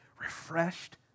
refreshed